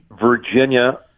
Virginia